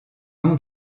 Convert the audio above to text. nom